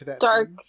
dark